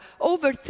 over